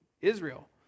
Israel